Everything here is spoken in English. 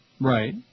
Right